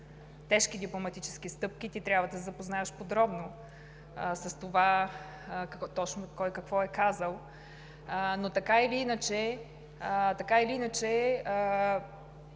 тежки дипломатически стъпки, ти трябва да се запознаеш подробно с това кой какво точно е казал. Така или иначе,